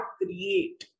create